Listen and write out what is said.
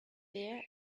there